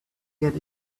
get